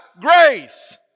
grace